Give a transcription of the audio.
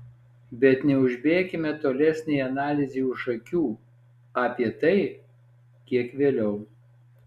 bet neužbėkime tolesnei analizei už akių apie tai kiek vėliau